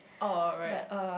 oh right